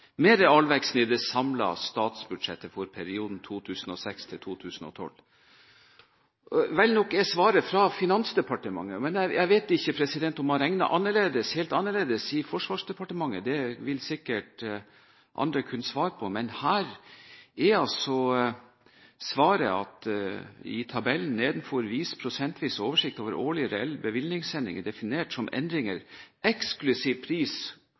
realveksten i de samlede statsbudsjetter for perioden 2006–2012. Riktignok er svaret fra Finansdepartementet, men jeg vet ikke om man regner helt annerledes i Forsvarsdepartementet. Det vil sikkert andre kunne svare på. Men svaret fra Finansdepartementet er: «Tabellen nedenfor viser prosentvis oversikt over årlige reelle bevilgningsendringer